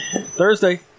Thursday